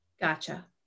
Gotcha